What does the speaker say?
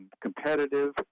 competitive